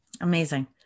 amazing